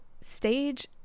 stage